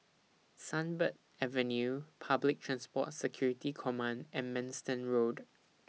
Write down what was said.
Sunbird Avenue Public Transport Security Command and Manston Road